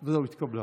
התקבלה.